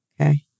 Okay